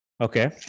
Okay